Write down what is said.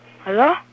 Hello